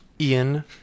Ian